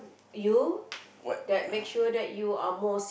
what